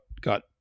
got